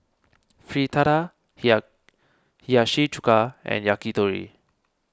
Fritada Hiyashi Chuka and Yakitori